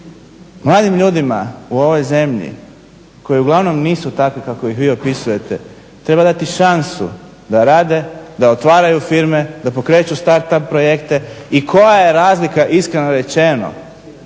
Mladim ljudima u ovoj zemlji koji uglavnom nisu takvi kako ih vi opisujete treba dati šansu da rade da otvaraju firme da pokreću start up projekte i koja je razlika iskreno rečeno